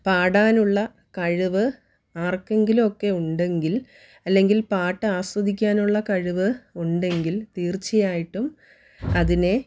പാടാനുള്ള കഴിവ് ആർക്കെങ്കിലും ഒക്കെ ഉണ്ടെങ്കിൽ അല്ലെങ്കിൽ പാട്ടാസ്വദിക്കാനുള്ള കഴിവ് ഉണ്ടെങ്കിൽ തീർച്ചയായിട്ടും അതിനെ